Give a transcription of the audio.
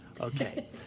Okay